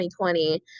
2020